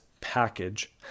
package